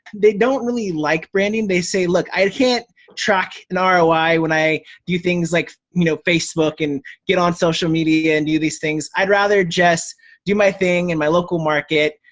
they don't really like branding. they say, look, i can't track an ah roi when i do things like you know facebook and get on social media and do these things. i'd rather just do my thing in my local market.